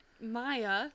Maya